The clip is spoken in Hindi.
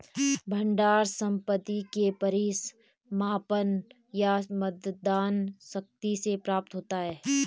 भंडार संपत्ति के परिसमापन या मतदान शक्ति से प्राप्त होता है